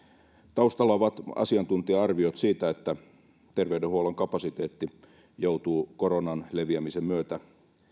taustalla ovat asiantuntija arviot siitä että terveydenhuollon kapasiteetti joutuu koronan leviämisen myötä